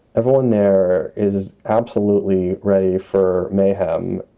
everyone there is absolutely ready for mayhem.